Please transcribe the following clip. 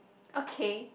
okay